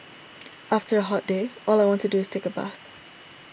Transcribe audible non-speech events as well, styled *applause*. *noise* after a hot day all I want to do is take a bath